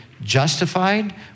justified